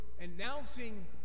announcing